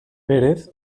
pérez